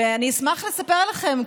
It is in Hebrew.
אני אשמח לספר לכם,